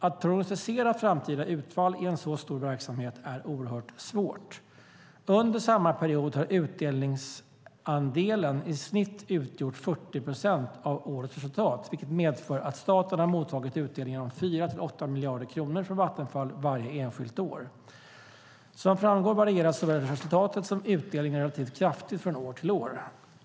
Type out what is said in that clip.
Att prognostisera framtida utfall i en så stor verksamhet är oerhört svårt. Under samma period har utdelningsandelen i snitt utgjort 40 procent av årets resultat, vilket medfört att staten har mottagit utdelningar om 4-8 miljarder kronor från Vattenfall varje enskilt år. Som framgår varierar såväl resultat som utdelning relativt kraftigt från år till år.